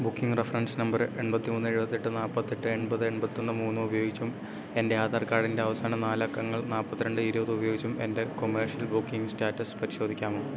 booking reference number എൺപത്തിമൂന്ന് എഴുപത്തെട്ട് നാൽപ്പത്തെട്ട് എൺപത് എൺപത്തൊന്ന് മൂന്ന് ഉപയോഗിച്ചും എൻ്റെ ആധാർ കാർഡിൻ്റെ അവസാന നാലക്കങ്ങൾ നാൽപ്പത്തിരണ്ട് ഇരുപത് ഉപയോഗിച്ചും എൻ്റെ കൊമേർഷ്യൽ ബുക്കിംഗ് സ്റ്റാറ്റസ് പരിശോധിക്കാമോ